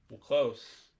close